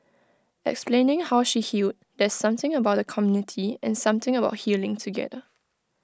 explaining how she healed there's something about the community and something about healing together